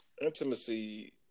Intimacy